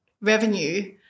revenue